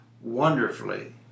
Wonderfully